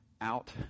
out